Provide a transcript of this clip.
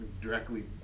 directly